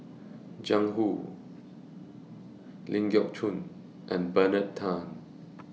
Jiang Hu Ling Geok Choon and Bernard Tan